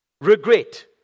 Regret